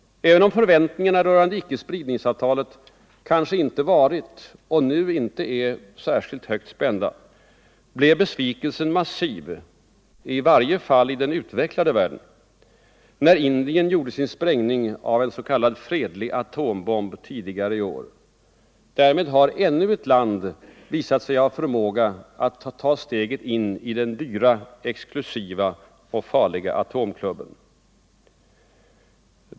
Även om förväntningarna rörande icke-spridningsavtalet kanske inte varit och nu inte är särskilt högt spända blev besvikelsen massiv, i varje fall i den utvecklade världen, när Indien gjorde sin sprängning av en s.k. fredlig atombomb tidigare i år. Därmed har ännu ett land visat sig ha förmåga att ta steget in i den dyra, exklusiva och farliga atomklubben.